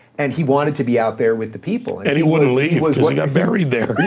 and he wanted to be out there with the people. and he wouldn't leave cause he got buried there.